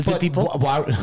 people